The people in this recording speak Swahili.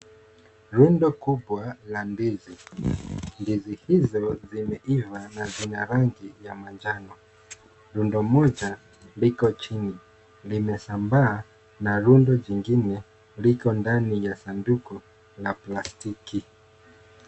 Rundo kubwa la ndizi. Ndizi hizo zimeiva na zina rangi ya manjano. Rundo moja liko chini. Limesambaa na rundo jingine liko ndani ya sanduku la plastiki.